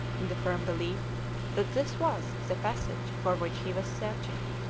in the firm belief that this was the passage for which he was searching,